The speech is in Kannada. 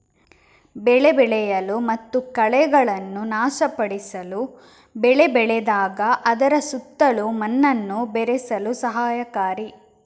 ಬೆಳೆ ಬೆಳೆಯಲು ಮತ್ತು ಕಳೆಗಳನ್ನು ನಾಶಪಡಿಸಲು ಬೆಳೆ ಬೆಳೆದಾಗ ಅದರ ಸುತ್ತಲೂ ಮಣ್ಣನ್ನು ಬೆರೆಸಲು ಸಹಕಾರಿ